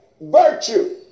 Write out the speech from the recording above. virtue